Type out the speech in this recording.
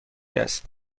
است